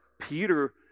Peter